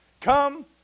come